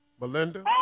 Melinda